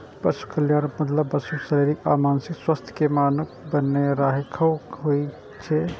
पशु कल्याणक मतलब पशुक शारीरिक आ मानसिक स्वास्थ्यक कें बनाके राखब होइ छै